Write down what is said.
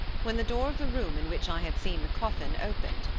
when the door of the room in which i had seen the coffin, opened,